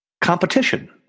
Competition